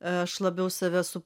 aš labiau save su